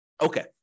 Okay